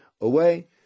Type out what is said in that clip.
away